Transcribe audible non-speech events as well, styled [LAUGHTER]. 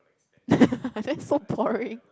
[LAUGHS] that's so boring